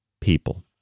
people